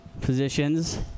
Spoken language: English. positions